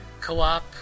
co-op